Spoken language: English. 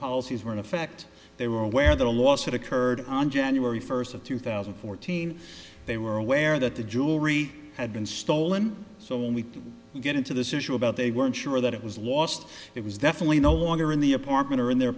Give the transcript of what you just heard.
policies were in effect they were aware that a lawsuit occurred on january first of two thousand and fourteen they were aware that the jewelry had been stolen so when we get into this issue about they weren't sure that it was lost it was definitely no longer in the apartment or in their